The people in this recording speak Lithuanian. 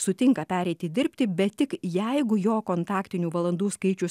sutinka pereiti dirbti bet tik jeigu jo kontaktinių valandų skaičius